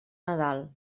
nadal